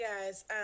guys